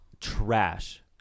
trash